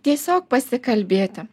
tiesiog pasikalbėti